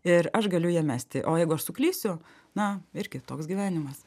ir aš galiu ją mesti o jeigu aš suklysiu na irgi toks gyvenimas